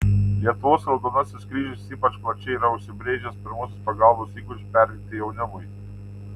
lietuvos raudonasis kryžius ypač plačiai yra užsibrėžęs pirmosios pagalbos įgūdžius perteikti jaunimui